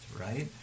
right